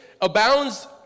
abounds